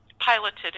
piloted